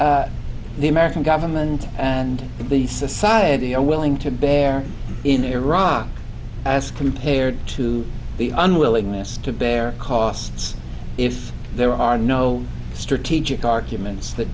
e american government and the society are willing to bear in iraq as compared to the unwillingness to bear costs if there are no strategic arguments that